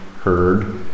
heard